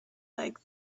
like